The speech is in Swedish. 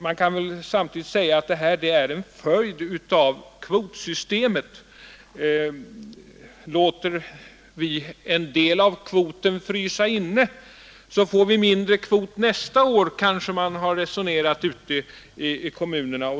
Man kan väl dock säga att det nuvarande läget är en följd av kvotsystemet: ”Låter vi en del av kvoten frysa inne får vi mindre kvot nästa år”, har man kanske resonerat ute i kommunerna.